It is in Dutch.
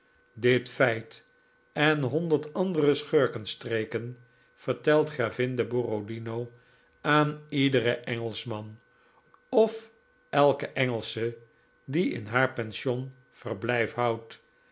dit feit en honderd andere schurkenstreken vertelt gravin de borodino aan iederen engelschman of elke engelsche die in haar pension verblijf houdt